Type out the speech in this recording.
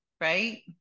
right